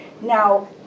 Now